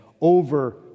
over